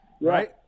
Right